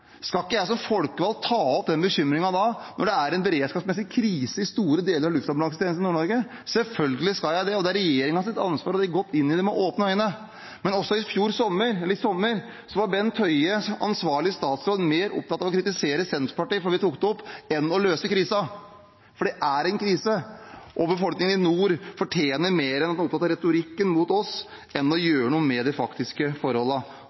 Skal ikke jeg som folkevalgt ta opp den bekymringen, når det er en beredskapsmessig krise i store deler av luftambulansetjenesten i Nord-Norge? Selvfølgelig skal jeg det. Det er regjeringens ansvar, og de har gått inn i det med åpne øyne. Men også i sommer var Bent Høie som ansvarlig statsråd mer opptatt av å kritisere Senterpartiet fordi vi tok det opp, enn av å løse krisen – for det er en krise. Befolkningen i nord fortjener mer enn at noen heller retter retorikken mot oss enn å